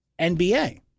NBA